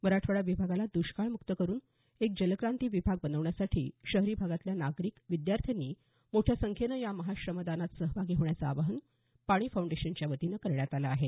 मराठवाडा विभागाला द्ष्काळमुक्त करून एक जलक्रांती विभाग बनवण्यासाठी शहरी भागातल्या नागरिक विद्यार्थ्यांनी मोठ्या संख्येनं या महाश्रमदानात सहभागी होण्याचं आवाहन पाणी फाउंडेशनच्या वतीनं करण्यात आलं आहे